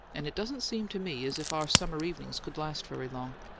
and it doesn't seem to me as if our summer evenings could last very long.